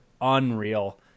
unreal